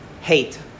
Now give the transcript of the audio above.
hate